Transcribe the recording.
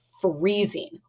freezing